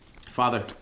Father